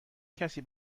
کسی